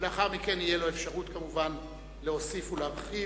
ולאחר מכן תהיה לו אפשרות כמובן להוסיף ולהרחיב,